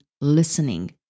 listening